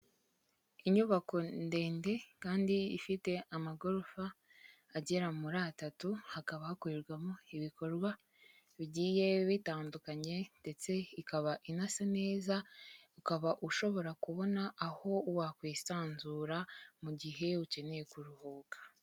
Inyubako ndende kandi ifite amagorofa agera muri atatu hakaba hakorerwamo ibikorwa bigiye bitandukanye, ndetse ikaba inasa neza ukaba ushobora kubona aho wakwisanzura mu gihe ukeneye kuruhuka.